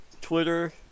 Twitter